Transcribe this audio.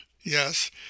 Yes